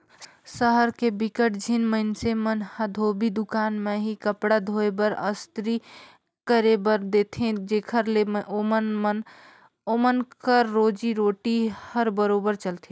सहर के बिकट झिन मइनसे मन ह धोबी दुकान में ही कपड़ा धोए बर, अस्तरी करे बर देथे जेखर ले ओमन कर रोजी रोटी हर बरोबेर चलथे